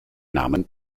namen